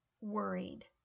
worried